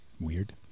weird